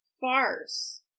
farce